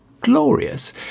glorious